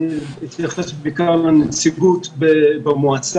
אני רוצה להתייחס בעיקר לנציגות במועצה.